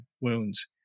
wounds